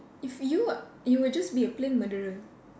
if you were you will just be a plain murderer